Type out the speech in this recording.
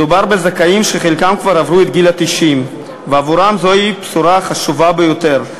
מדובר בזכאים שחלקם כבר עברו את גיל 90 ועבורם זו בשורה חשובה ביותר.